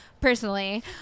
Personally